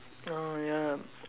oh ya